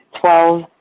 Twelve